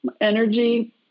energy